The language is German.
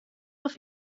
auf